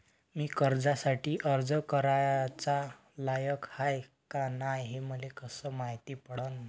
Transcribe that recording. मी कर्जासाठी अर्ज कराचा लायक हाय का नाय हे मले कसं मायती पडन?